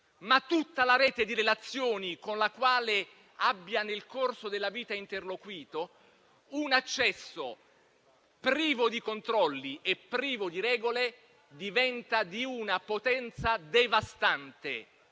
ma tutta la rete di relazioni con la quale abbia, nel corso della vita, interloquito, un accesso privo di controlli e privo di regole assume una potenza devastante.